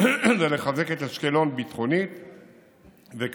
זה לחזק את אשקלון ביטחונית וכלכלית,